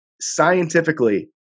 scientifically